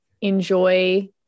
enjoy